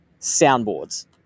Soundboards